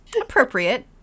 appropriate